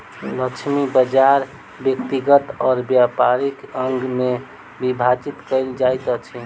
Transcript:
लक्षित बाजार व्यक्तिगत और व्यापारिक अंग में विभाजित कयल जाइत अछि